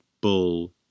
Bull